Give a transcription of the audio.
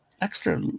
extra